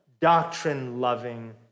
doctrine-loving